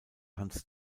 hanns